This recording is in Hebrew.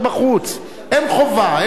אין חובה, אין חובה להצביע.